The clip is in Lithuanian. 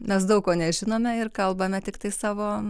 mes daug ko nežinome ir kalbame tiktai savo